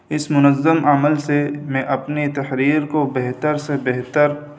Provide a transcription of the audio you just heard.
اس منظم عمل سے میں اپنی تحریر کو بہتر سے بہتر